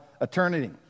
eternity